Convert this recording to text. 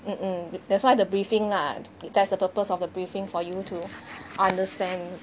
mm mm that's why the briefing lah that's the purpose of the briefing for you to understand